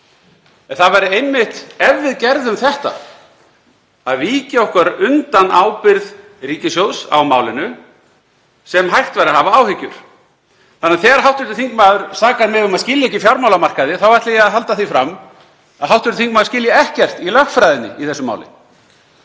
það væri einmitt ef við gerðum þetta, að víkja okkur undan ábyrgð ríkissjóðs á málinu, sem hægt væri að hafa áhyggjur. Þannig að þegar hv. þingmaður sakar mig um að skilja ekki fjármálamarkaði þá ætla ég að halda því fram að hv. þingmaður skilji ekkert í lögfræðinni í þessu máli